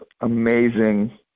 amazing